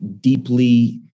Deeply